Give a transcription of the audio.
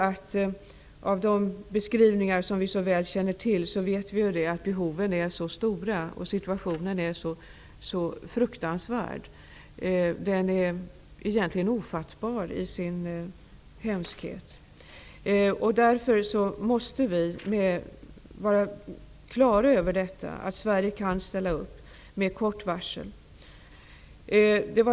Av de beskrivningar som vi så väl känner till vet vi att behoven är stora och situationen fruktansvärd. Den är egentligen ofattbar i sin hemskhet. Därför måste vi vara klara över att Sverige kan ställa upp med kort varsel.